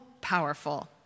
powerful